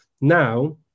Now